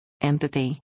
Empathy